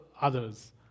others